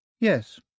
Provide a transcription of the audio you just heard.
Yes